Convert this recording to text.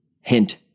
Hint